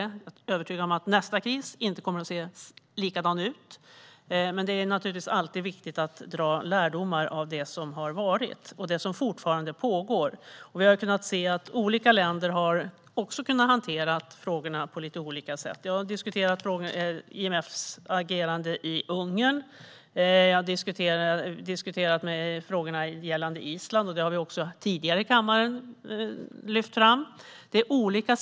Jag är övertygad om att nästa kris inte kommer att se likadan ut, men det är naturligtvis alltid viktigt att dra lärdomar av det som har varit och av det som fortfarande pågår. Olika länder har också hanterat frågorna på lite olika sätt. Jag har tagit upp IMF:s agerande i Ungern och gällande Island, vilket vi tidigare har lyft fram i kammaren.